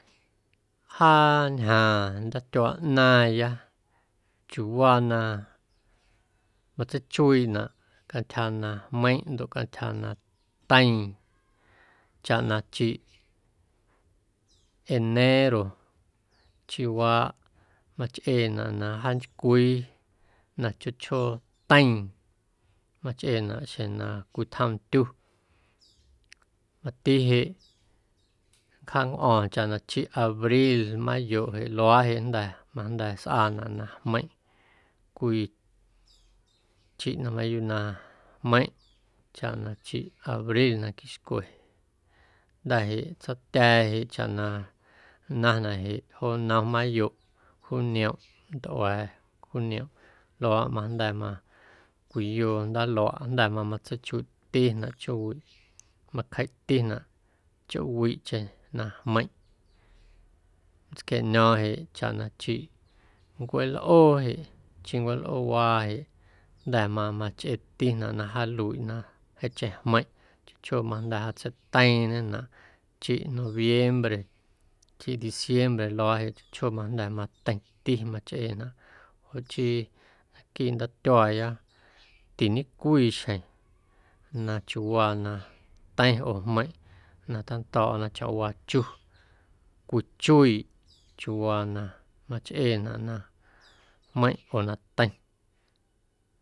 Jaa ñjaaⁿ ndatyuaa ꞌnaaⁿya chiuuwaa na matseichuiiꞌnaꞌ cantyja na jmeiⁿꞌ ndoꞌ cantyja na teiiⁿ chaꞌ na chiꞌ enero chiꞌwaaꞌ machꞌeenaꞌ na jaantycwii na chjoo chjoo teiiⁿ machꞌeⁿnaꞌ xjeⁿ na cwitjom ndyu mati jeꞌ nncjancꞌo̱o̱ⁿ chiꞌ abril mayoꞌ jeꞌ luaaꞌ jeꞌ jnda̱ majnda̱ sꞌaanaꞌ na jmeiⁿꞌ cwii chiꞌ na mayuuꞌ na jmeiⁿꞌ chaꞌ na chiꞌ abril na quixcwe jnda̱ jeꞌ tsaatya̱a̱ chaꞌ na nnaⁿnaꞌ jeꞌ joo nnom mayoꞌ juniomꞌ nntꞌua̱a̱ juniomꞌ luaaꞌ majnda̱ ma cwiyoo ndaaluaꞌ jnda̱ mamatseichuiiꞌtinaꞌ choowiꞌ macjeiꞌtinaꞌ choowiꞌcheⁿ na jmeiⁿꞌ nntsquieꞌño̱o̱ⁿ jeꞌ chaꞌ na chiꞌ ncueelꞌoo jeꞌ chiꞌ ncueelꞌoowaa jeꞌ jnda̱ mamachꞌeetinaꞌ na jaaluiꞌ na jeeⁿcheⁿ jmeiⁿꞌ chjo chjoo majnda̱ jaatseiteiiiⁿñenaꞌ chiꞌ noviembre chiꞌ diciembre luaaꞌ chjo chjoo majnda̱ mateiⁿti machꞌeenaꞌ joꞌ chii naquiiꞌ ndaatyuaaya tiñecwii xjeⁿ na chiuuwaa na teiⁿ oo jmeiⁿꞌ na tando̱o̱ꞌa naquiiꞌ chawaa chu cwichuiiꞌ chiuuwaa na machꞌeenaꞌ na jmeiⁿꞌ oo na teiⁿ.